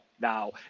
now